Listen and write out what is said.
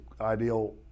ideal